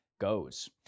goes